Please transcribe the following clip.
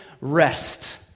rest